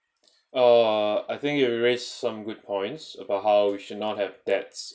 uh I think you raise some good points about how we should not have debts